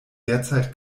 derzeit